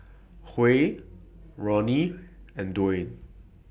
Huy Roni and Dayne